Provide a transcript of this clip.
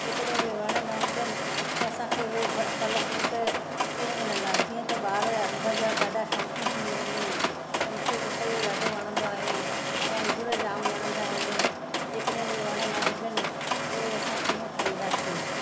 जेकॾहिं उहे वण न हुजनि त असांखे उहे फल फ्रूट कीअं मिलंदा जीअं त ॿार अंब जा ॾाढा शौकीन थींदा आहिनि ऐं मूंखे पपैयो ॾाढो वणंदो आहे ऐं अंगूर जाम वणंदा आहिनि जेकॾहिं बि वण न हुजनि त उहे असां कीअं खाईंदासी